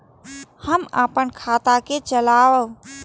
हम अपन खाता के चलाब?